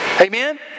Amen